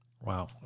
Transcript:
Wow